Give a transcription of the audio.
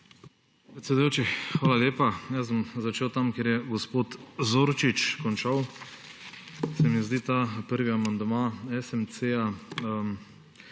hvala lepa. Začel bom tam, kjer je gospod Zorčič končal. Se mi zdi ta prvi amandma SMC-ja